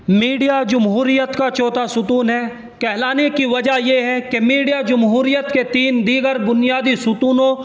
media جمہوریت کا چوتھا ستون ہیں کہلانے کی وجہ یہ ہے کہ میڈیا جمہوریت کے تین دیگر بنیادی ستونوں